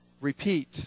Repeat